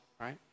right